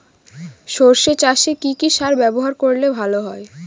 সর্ষে চাসে কি কি সার ব্যবহার করলে ভালো হয়?